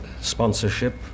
sponsorship